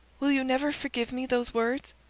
will you never forgive me those words?